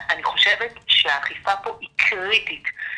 אני חושבת שהאכיפה פה היא קריטית.